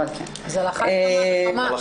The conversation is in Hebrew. אבל --- אז על אחת כמה וכמה.